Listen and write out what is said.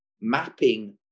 mapping